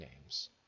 names